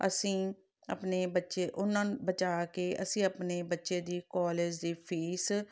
ਅਸੀਂ ਆਪਣੇ ਬੱਚੇ ਉਹਨਾਂ ਬਚਾ ਕੇ ਅਸੀਂ ਆਪਣੇ ਬੱਚੇ ਦੀ ਕਾਲਜ ਦੀ ਫੀਸ